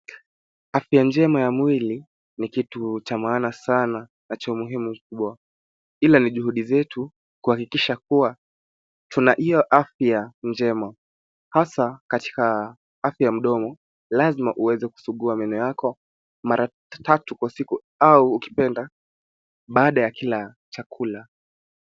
Afya njema ya mwili ni kitu cha maana sana na cha umuhimu kubwa. Ila ni juhudi zetu kuhakikisha kuwa tuna hio afya njema, hasaa, katika afya ya mdomo, lazima uweze meno yako kwa mara tatu kwa siku au ukipenda, baado ya kila chakula.